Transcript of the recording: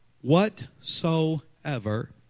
Whatsoever